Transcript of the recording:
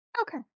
Okay